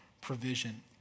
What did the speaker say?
provision